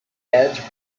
edge